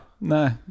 no